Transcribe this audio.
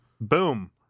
Boom